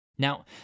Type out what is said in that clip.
Now